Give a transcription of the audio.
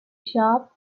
sharp